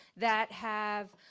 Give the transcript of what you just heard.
that have